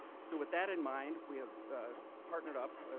so with that in mind, we have partnered up,